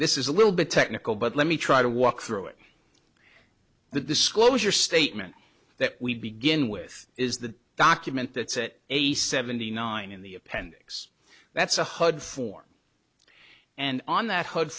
this is a little bit technical but let me try to walk through it the disclosure statement that we begin with is the document that a seventy nine in the appendix that's a hud form and on that hu